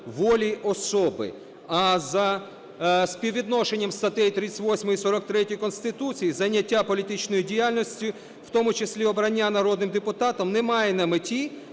волі особи. А за співвідношенням статей 38 і 43 Конституції зайняття політичною діяльністю, в тому числі і обрання народним депутатом, не має на меті